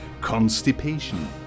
Constipation